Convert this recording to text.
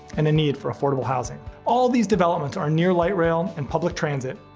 and the need for affordable housing. all these developments are near light rail and public transit,